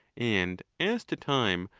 and as to time,